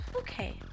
Okay